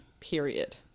Period